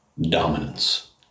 dominance